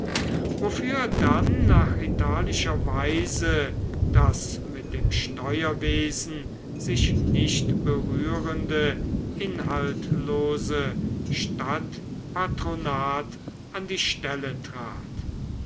wofür dann nach italischer weise das mit dem steuerwesen sich nicht berührende inhaltlose stadtpatronat an die stelle trat